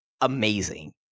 amazing